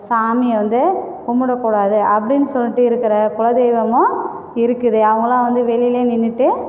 சாமியை வந்து கும்பிடக்கூடாது அப்படின்னு சொல்லிட்டு இருககிற குலதெய்வமும் இருக்குது அவங்கெல்லாம் வந்து வெளியிலேயே நின்றுட்டு